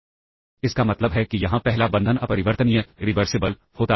अब कोई भी सब रूटीन जो और होता है वह इंस्ट्रक्शन या RET रिटर्न करता है